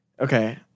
Okay